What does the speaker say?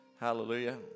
Hallelujah